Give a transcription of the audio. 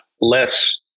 less